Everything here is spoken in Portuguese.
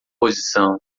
posição